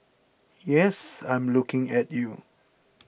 yes I'm looking at you